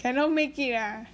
cannot make it lah